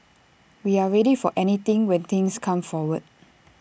we're ready for anything when things come forward